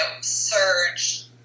surge